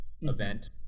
event